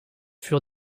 furent